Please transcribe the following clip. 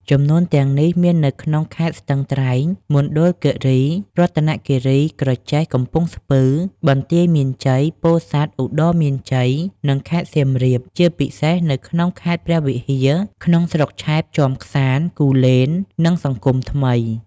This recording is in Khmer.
ចំនួនទាំងនេះមាននៅក្នុងខេត្តស្ទឹងត្រែង មណ្ឌលគិរី រតនគិរី ក្រចេះ កំពង់ស្ពឺ បន្ទាយមានជ័យ ពោធិ៍សាត់ ឧត្តរមានជ័យ និងខេត្តសៀមរាបជាពិសេសនៅក្នុងខេត្តព្រះវិហារ ក្នុងស្រុកឆែប ជាំក្សាន្ត គូលែននិងសង្គមថ្មី។